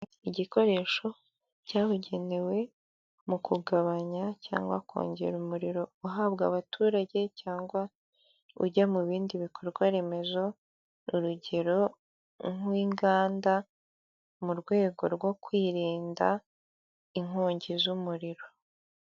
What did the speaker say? Igikoresho cyabugenewe mu kugabanya cyangwa kongera umuriro uhabwa abaturage cyangwa ujya mu bindi bikorwa remezo urugero nk'inganda mu rwego rwo kwirinda inkongi z'umuriro.